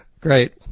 Great